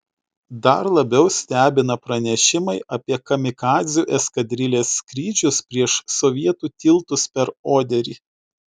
dar labiau stebina pranešimai apie kamikadzių eskadrilės skrydžius prieš sovietų tiltus per oderį